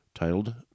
Titled